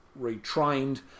retrained